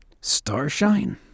Starshine